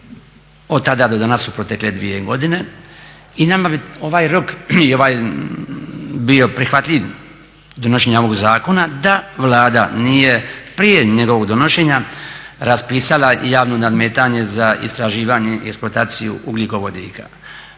od tada do danas su protekle dvije godine. I nama bi ovaj rok bio prihvatljiv donošenja ovog zakona da Vlada nije prije njegovog donošenja raspisala i javno nadmetanje za istraživanje i eksploataciju ugljikovodika.